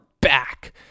back